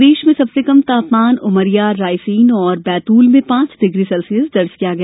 प्रदेश में सबसे कम तापमान उमरिया रायसेन और बैतूल में पांच डिग्री सेल्सियस दर्ज किया गया